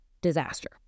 disaster